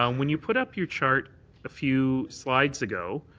um when you put up your chart a few slides ago,